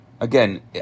Again